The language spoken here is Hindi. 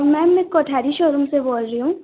मैम मैं कोठारी शोरूम से बोल रही हूँ